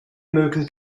mögen